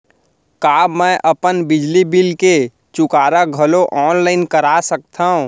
का मैं अपन बिजली बिल के चुकारा घलो ऑनलाइन करा सकथव?